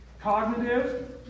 cognitive